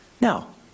Now